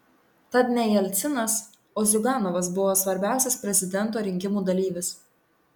tad ne jelcinas o ziuganovas buvo svarbiausias prezidento rinkimų dalyvis